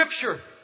Scripture